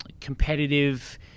competitive